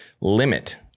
limit